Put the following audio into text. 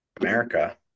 America